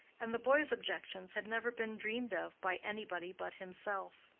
and the boy's objections had never been dreamed of by anybody but himself.